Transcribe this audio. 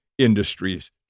industries